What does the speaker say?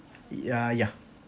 yeah ya